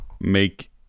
make